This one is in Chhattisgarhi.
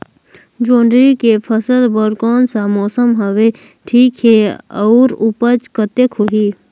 जोंदरी के फसल बर कोन सा मौसम हवे ठीक हे अउर ऊपज कतेक होही?